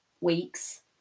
weeks